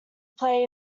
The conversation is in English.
play